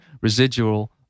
residual